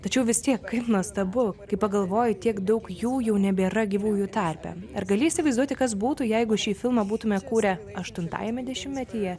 tačiau vis tiek kaip nuostabu kai pagalvoji tiek daug jų jau nebėra gyvųjų tarpe ar gali įsivaizduoti kas būtų jeigu šį filmą būtume kūrę aštuntajame dešimtmetyje